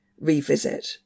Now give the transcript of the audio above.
revisit